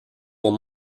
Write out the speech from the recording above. pour